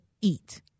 eat